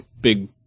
big